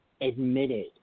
admitted